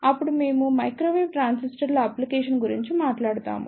అప్పుడు మేము మైక్రోవేవ్ ట్రాన్సిస్టర్ల అప్లికేషన్ గురించి మాట్లాడుతాము